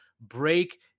break